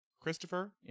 Christopher